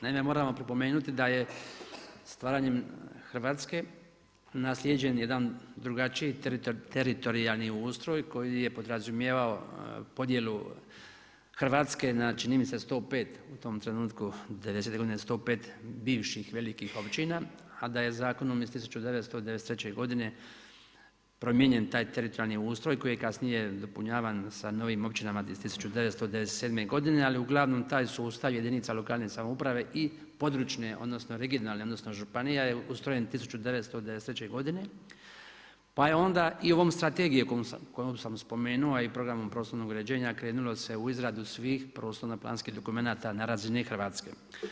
Naime, moram pripomenuti da je stvaranjem Hrvatske naslijeđen jedan drugačiji teritorijalni ustroj, koji je podrazumijevao podjelu Hrvatske, na čini mi se 105 u tom trenutku, bivših velikih općina, a da je zakonom iz 1993. godine, promijenjen taj teritorijalni ustroj koji je kasnije dopunjavan sa novim općinama iz 1997. godine, ali, ugl. taj sustav u jedinica lokalne samouprave i područne odnosno, regionalne, odnosno, županija je ustrojen 1993. godine, pa je onda i ovom strategijom koju sam spomenuo, a i programom prostornog uređenja krenulo se u izradu svih prostora planskih dokumenata na razini Hrvatske.